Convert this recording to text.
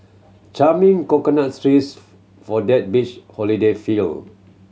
charming coconuts trees for that beach holiday feel